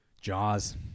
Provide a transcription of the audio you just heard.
Jaws